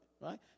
right